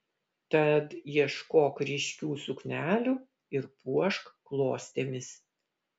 tad ieškok ryškių suknelių ir puošk klostėmis